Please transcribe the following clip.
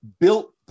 built